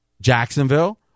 Jacksonville